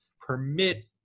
permit